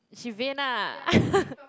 she vain ah